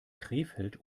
krefeld